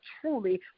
truly